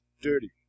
dirty